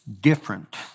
different